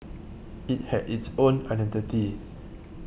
it had its own identity